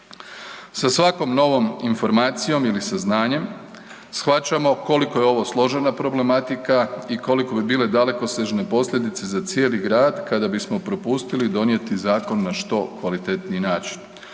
Sa svakom novom informacijom ili saznanjem shvaćamo koliko je ovo složena problematika i koliko bi bile dalekosežne posljedice za cijeli grad kada bismo propustili donijeti zakon na što kvalitetniji način.